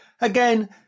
Again